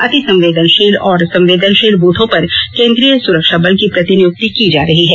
अतिसंवेदनशील और संवेदनशील बूथों पर केन्द्रीय सुरक्षाबल की प्रतिनियुक्ति की जा रही है